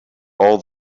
all